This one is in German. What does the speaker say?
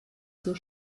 zur